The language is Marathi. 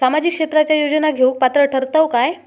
सामाजिक क्षेत्राच्या योजना घेवुक पात्र ठरतव काय?